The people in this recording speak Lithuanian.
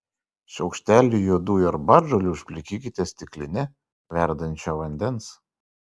šaukštelį juodųjų arbatžolių užplikykite stikline verdančio vandens